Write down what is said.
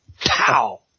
Pow